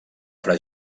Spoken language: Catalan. fra